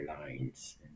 lines